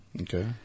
Okay